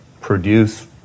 produce